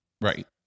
right